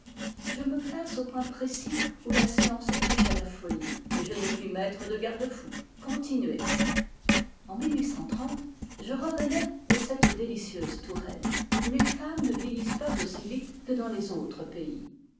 je me place au point précis où la science touche à la folie et je ne puis mettre de garde fous continuez en je revenais de cette délicieuse touraine où les femmes ne vieillissent pas aussi vite que dans les autres pays